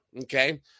Okay